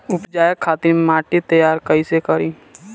उपजाये खातिर माटी तैयारी कइसे करी?